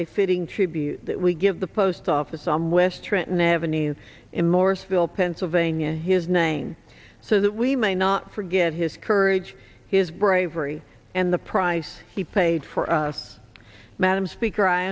a fitting tribute that we give the post office on west trenton avenue in moore still pennsylvania his name so that we may not forget his courage his bravery and the price he paid for us madam speaker i